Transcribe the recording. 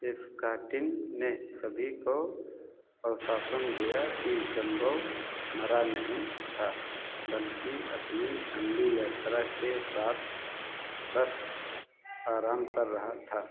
Scottie ने सभी को आश्वासन दिया कि जंबो मरा नहीं था बल्कि अपनी लंबी यात्रा के बाद बस आराम कर रहा था